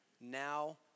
now